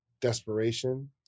desperation